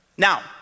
Now